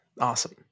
awesome